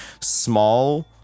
small